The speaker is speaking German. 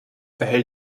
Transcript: erhält